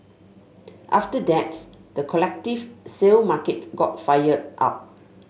after that the collective sale market got fired up